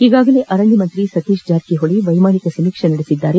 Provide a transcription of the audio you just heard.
ಈಗಾಗಲೇ ಅರಣ್ಯ ಸಚಿವ ಸತೀಶ್ ಜಾರಕಿಹೊಳಿ ವೈಮಾನಿಕ ಸಮೀಕ್ಷೆ ನಡೆಸಿದ್ದಾರೆ